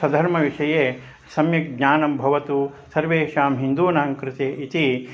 स्वधर्मविषये सम्यक् ज्ञानं भवतु सर्वेषां हिन्दूनां कृते इति